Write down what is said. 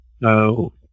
No